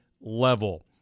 level